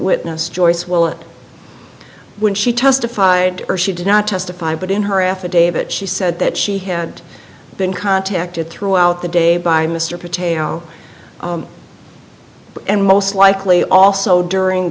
witness joyce will it when she testified or she did not testify but in her affidavit she said that she had been contacted throughout the day by mr potato and most likely also during